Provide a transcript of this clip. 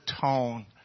tone